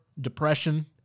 depression